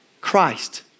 Christ